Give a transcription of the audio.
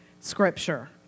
scripture